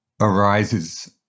arises